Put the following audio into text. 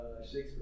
Shakespeare